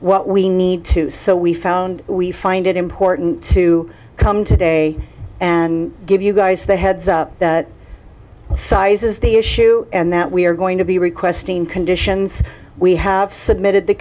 what we need to so we found we find it important to come today and give you guys the heads up size is the issue and that we are going to be requesting conditions we have submitted the